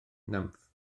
nymff